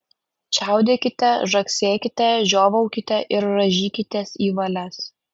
čiaudėkite žagsėkite žiovaukite ir rąžykitės į valias